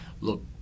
Look